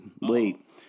late